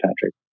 Patrick